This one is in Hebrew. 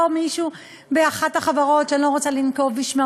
מישהו באחת החברות שאני לא רוצה לנקוב בשמן,